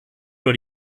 oder